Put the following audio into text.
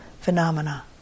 phenomena